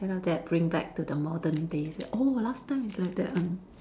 then after that bring back to the modern days like oh last time is like that one